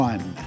One